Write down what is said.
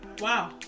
Wow